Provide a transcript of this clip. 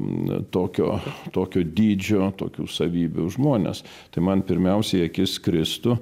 na tokio tokio dydžio tokių savybių žmones tai man pirmiausia į akis kristų